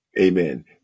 Amen